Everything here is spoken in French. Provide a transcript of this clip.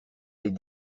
les